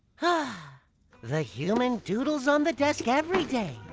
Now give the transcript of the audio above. ah the human doodles on the desk every day!